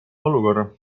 olukorra